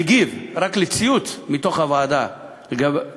מגיב רק על ציוץ מתוך הוועדה לגבי הכיוון,